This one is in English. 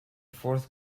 fourth